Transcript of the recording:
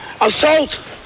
Assault